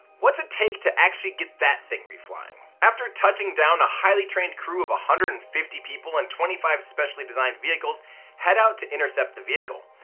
what's it take to actually get that thing reflying? after touching down, a highly trained crew of one hundred and fifty people and twenty five specially designed vehicles head out to intercept the vehicle.